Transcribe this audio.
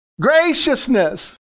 graciousness